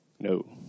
No